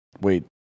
Wait